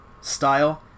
style